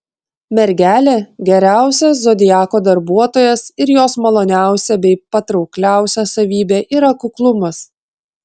mergelė geriausias zodiako darbuotojas ir jos maloniausia bei patraukliausia savybė yra kuklumas